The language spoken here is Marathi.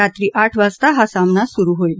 रात्री आठ वाजता हा सामना सुरु होईल